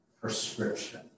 prescription